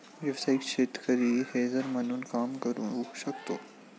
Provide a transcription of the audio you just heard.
व्यावसायिक शेतकरी हेजर म्हणून काम करू शकतो